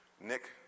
Nick